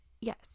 yes